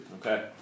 Okay